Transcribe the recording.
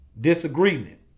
disagreement